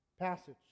passage